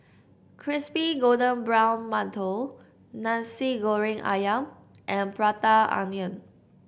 Crispy Golden Brown Mantou Nasi Goreng ayam and Prata Onion